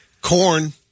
Corn